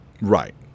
Right